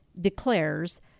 declares